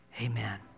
Amen